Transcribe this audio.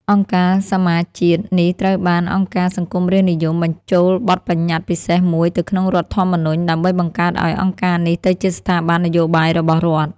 អង្គការសមាជជាតិនេះត្រូវបានអង្គការសង្គមរាស្ត្រនិយមបញ្ចូលបទប្បញ្ញត្តិពិសេសមួយទៅក្នុងរដ្ឋធម្មនុញ្ញ ដើម្បីបង្កើតឱ្យអង្គការនេះទៅជាស្ថាប័ននយោបាយរបស់រដ្ឋ។